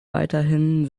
weiterhin